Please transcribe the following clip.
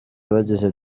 bagize